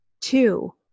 Two